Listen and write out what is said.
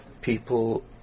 People